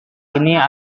ini